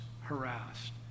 harassed